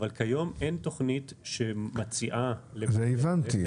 אבל כיום אין תוכנית שמציעה --- אני הבנתי.